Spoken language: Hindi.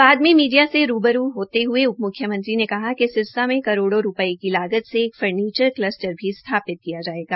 बाद में मीडिया से रूबरू होते हये उप म्ख्यमंत्री ने कहा कि सिरसा मे करोड़ो रूपये की लागत से एक फर्नीचर कलस्टर भी स्थापित किया जायेगा